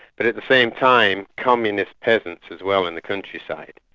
but at the same time communist peasants as well in the countryside.